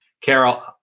Carol-